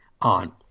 on